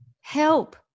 Help